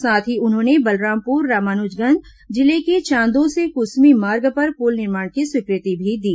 साथ ही उन्होंने बलरामपुर रामानुजगंज जिले के चांदो से कुसमी मार्ग पर पुल निर्माण की स्वीकृति भी दी